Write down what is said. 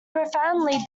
profoundly